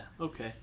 okay